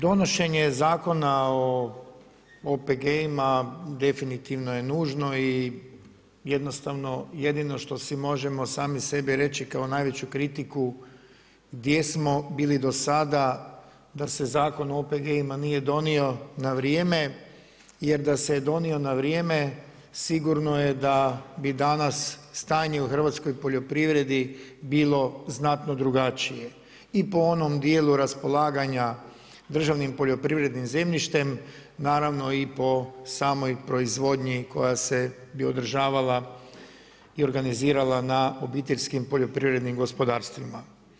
Donošenje Zakona o OPG-ima definitivno je nužno i jednostavno jedino što si možemo sami sebi reći kao najveću kritiku gdje smo bili do sada da se Zakon o OPG-ima nije donio na vrijeme, jer da se je donio na vrijeme sigurno je da bi danas stanje u hrvatskoj poljoprivredi bilo znatno drugačije i po onom dijelu raspolaganja državnim poljoprivrednim zemljištem, naravno i po samoj proizvodnji koja bi se održavala i organizirala na obiteljskim poljoprivrednim gospodarstvima.